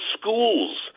schools